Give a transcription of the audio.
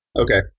Okay